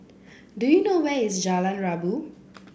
do you know where is Jalan Rabu